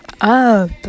up